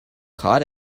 caught